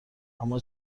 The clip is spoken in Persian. اما